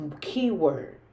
Keyword